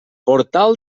portal